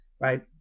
right